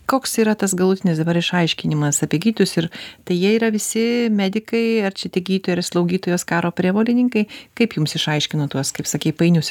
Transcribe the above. koks yra tas galutinis dabar išaiškinimas apie gytojus ir tai jie yra visi medikai ar čia tik gytojai ir slaugytojos karo prievolininkai kaip jums išaiškino tuos kaip sakei painius